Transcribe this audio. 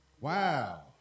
Wow